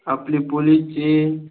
आपली पोलीसची